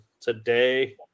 today